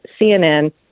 CNN